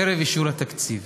ערב אישור התקציב